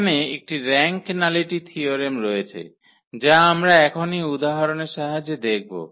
এখানে একটি rank nullity theorem রয়েছে যা আমরা এখনই উদাহরণের সাহায্যে দেখব